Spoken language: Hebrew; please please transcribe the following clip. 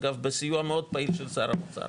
אגב, בסיוע מאוד פעיל של שר האוצר.